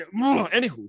anywho